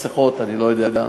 מסכות, אני לא יודע,